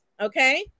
okay